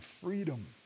freedom